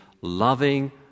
loving